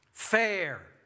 Fair